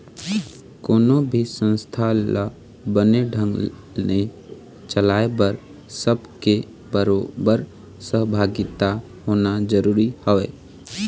कोनो भी संस्था ल बने ढंग ने चलाय बर सब के बरोबर सहभागिता होना जरुरी हवय